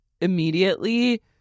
immediately